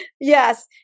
yes